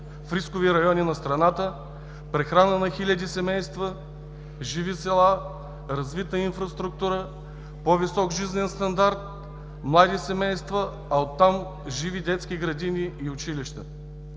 в рискови райони на страната, прехрана на хиляди семейства, живи села, развита инфраструктура, по-висок жизнен стандарт, млади семейства, а оттам живи детски градини и училища.